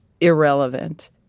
Irrelevant